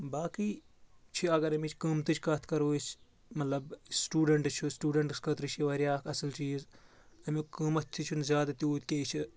باقٕے چھِ اگر أمِچ قۭمتٕچ کَتھ کَرو أسۍ مَطلَب سٹوٗڈنٛٹ چھُ سٹوٗڈنٛٹَس خٲطرٕ چھِ واریاہ اکھ اصل چیٖز امیُک قۭمَتھ تہِ چھُ نہٕ زیادٕ تیوٗت کینٛہہ یہِ چھِ